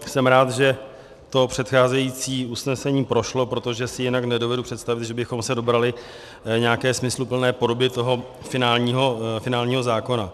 Jsem rád, že to předcházející usnesení prošlo, protože si jinak nedovedu představit, že bychom se dobrali nějaké smysluplné podoby finálního zákona.